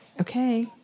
Okay